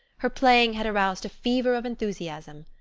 her playing had aroused a fever of enthusiasm.